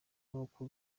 n’uko